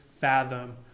fathom